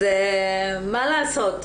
אז מה לעשות,